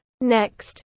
next